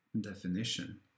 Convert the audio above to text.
definition